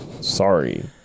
Sorry